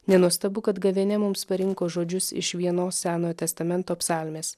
nenuostabu kad gavėnia mums parinko žodžius iš vienos senojo testamento psalmės